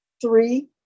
three